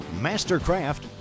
Mastercraft